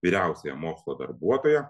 vyriausiąją mokslo darbuotoją